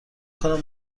کنم